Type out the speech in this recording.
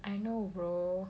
I know bro